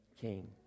King